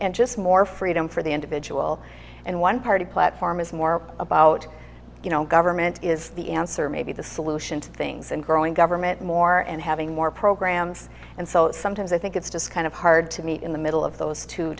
and just more freedom for the individual and one party platform is more about you know government is the answer maybe the solution to things and growing government more and having more programs and so sometimes i think it's just kind of hard to meet in the middle of those t